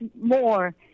more